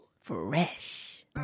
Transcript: Fresh